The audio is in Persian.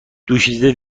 دوشیزه